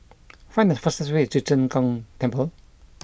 find the fastest way to Zheng Gong Temple